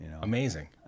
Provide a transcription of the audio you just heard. Amazing